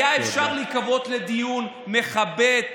היה אפשר לקוות לדיון מכבד,